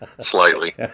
slightly